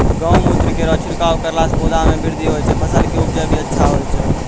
गौमूत्र केरो छिड़काव करला से पौधा मे बृद्धि होय छै फसल के उपजे भी अच्छा होय छै?